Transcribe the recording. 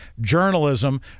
journalism